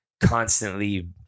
constantly